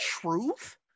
truth